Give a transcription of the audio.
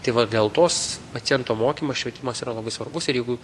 tai vat dėl tos paciento mokymas švietimas yra labai svarbus ir jeigu